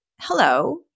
Hello